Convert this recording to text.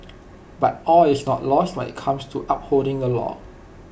but all is not lost when IT comes to upholding the law